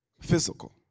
physical